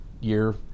year